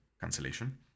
cancellation